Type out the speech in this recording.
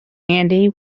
andy